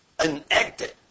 enacted